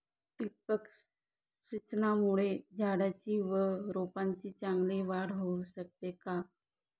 ठिबक सिंचनामुळे झाडाची व रोपांची चांगली वाढ होऊ शकते का?